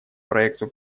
проекту